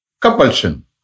Compulsion